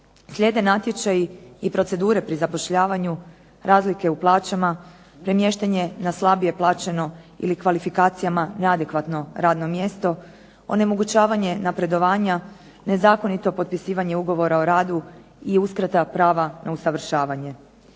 Slijede natječaji i procedure pri zapošljavanju razlike u plaćama, premještanje na slabije plaćeno ili kvalifikacijama neadekvatno radno mjesto, onemogućavanje napredovanja, nezakonito potpisivanje ugovora o radu i uskrata prava na usavršavanje.